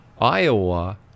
Iowa